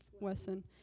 Wesson